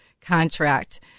contract